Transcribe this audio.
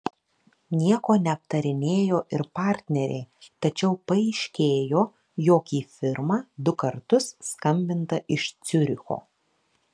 nieko neaptarinėjo ir partneriai tačiau paaiškėjo jog į firmą du kartus skambinta iš ciuricho